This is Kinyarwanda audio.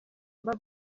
mba